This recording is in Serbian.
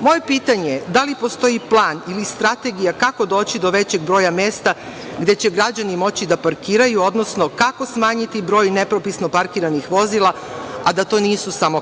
Moje pitanje – da li postoji plan ili strategija kako doći do većeg broja mesta gde će građani moći da parkiraju, odnosno kako smanjiti broj nepropisno parkiranih vozila, a da to nisu samo